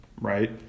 right